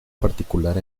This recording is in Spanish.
particular